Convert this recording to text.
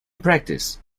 practice